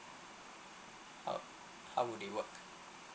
how~ how would they work